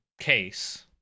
case